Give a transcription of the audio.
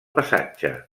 passatge